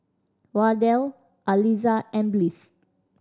Wardell Aliza and Bliss